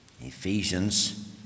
Ephesians